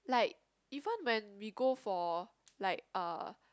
like even when we go for like uh